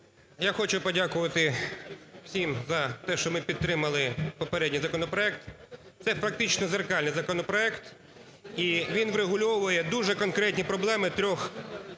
Я хочу подякувати всім за те, що ми підтримали попередній законопроект. Це практично дзеркальний законопроект, і він врегульовує дуже конкретні проблеми трьох